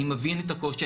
אני מבין את הקושי,